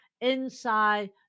inside